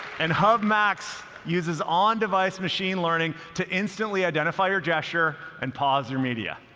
and hub max uses on-device machine learning to instantly identify your gesture and pause your media.